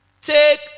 Take